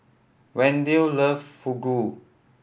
Wendel love Fugu